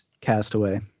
Castaway